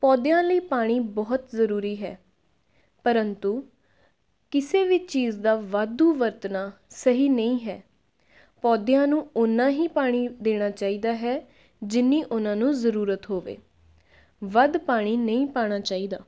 ਪੌਦਿਆਂ ਲਈ ਪਾਣੀ ਬਹੁਤ ਜ਼ਰੂਰੀ ਹੈ ਪਰੰਤੂ ਕਿਸੇ ਵੀ ਚੀਜ਼ ਦਾ ਵਾਧੂ ਵਰਤਣਾ ਸਹੀ ਨਹੀਂ ਹੈ ਪੌਦਿਆਂ ਨੂੰ ਉਨਾ ਹੀ ਪਾਣੀ ਦੇਣਾ ਚਾਹੀਦਾ ਹੈ ਜਿੰਨੀ ਉਹਨਾਂ ਨੂੰ ਜ਼ਰੂਰਤ ਹੋਵੇ ਵੱਧ ਪਾਣੀ ਨਹੀਂ ਪਾਉਣਾ ਚਾਹੀਦਾ